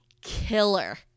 killer